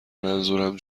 منظورم